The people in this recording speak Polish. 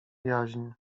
jaźń